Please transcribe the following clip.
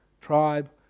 tribe